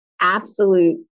absolute